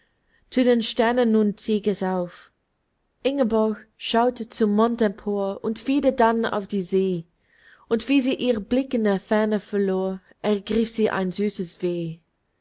zu den sternen nun stieg es auf ingeborg schaute zum mond empor und wieder dann auf die see und wie sich ihr blick in der ferne verlor ergriff sie ein süßes